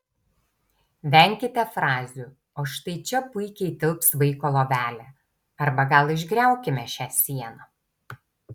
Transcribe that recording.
venkite frazių o štai čia puikiai tilps vaiko lovelė arba gal išgriaukime šią sieną